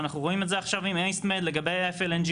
ואנחנו רואים את זה עכשיו עם האיסטמד לגבי ה-FLNG.